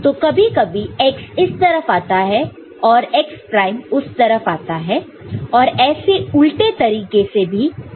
तो कभी कभी x इस तरफ आता है और x प्राइम उस तरफ आता है और ऐसे उलटे तरीके से भी लिख सकते हैं